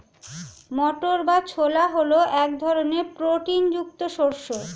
মটর বা ছোলা হল এক ধরনের প্রোটিন যুক্ত শস্য